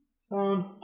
Sound